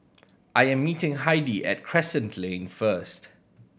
I am meeting Heidi at Crescent Lane first